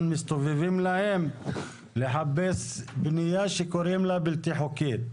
מסתובבים להם לחפש בניה שקוראים לה בלתי חוקית.